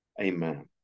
amen